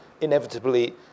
inevitably